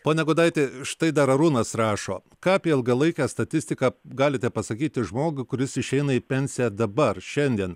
pone gudait štai dar arūnas rašo ką apie ilgalaikę statistiką galite pasakyti žmogui kuris išeina į pensiją dabar šiandien